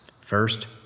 First